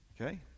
Okay